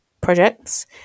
projects